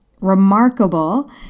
remarkable